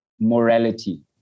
morality